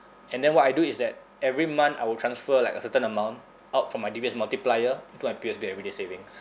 and then what I do is that every month I will transfer like a certain amount out from my D_B_S multiplier into my P_O_S_B everyday savings